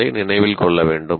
அதை நினைவில் கொள்ள வேண்டும்